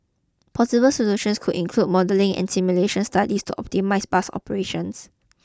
possible solutions could include modelling and simulation studies to optimise bus operations